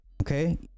Okay